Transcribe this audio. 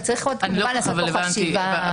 צריך כמובן לעשות פה חשיבה בנושא.